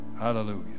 Hallelujah